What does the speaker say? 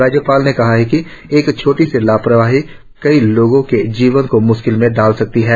राज्यपाल ने कहा है कि एक छोटी सी लापरवाहीं कई लोगों के जीवन को म्श्किल में डाल सकती है